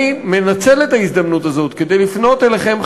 ואני מנצל את ההזדמנות הזאת כדי לפנות אליכם,